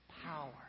power